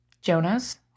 jonas